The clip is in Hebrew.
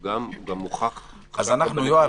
הוא גם מוכח --- יואב,